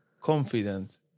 confident